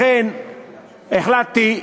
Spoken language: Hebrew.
לכן החלטתי,